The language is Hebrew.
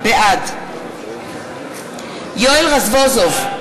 בעד יואל רזבוזוב,